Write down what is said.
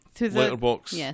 letterbox